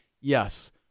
yes